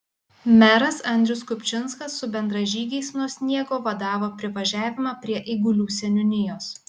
meras andrius kupčinskas su bendražygiais nuo sniego vadavo privažiavimą prie eigulių seniūnijos